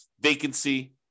vacancy